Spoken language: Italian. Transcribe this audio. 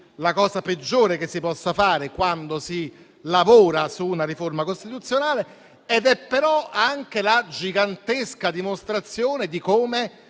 la cosa peggiore che si possa fare quando si lavora su una riforma costituzionale ed è però anche la gigantesca dimostrazione di come